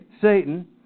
Satan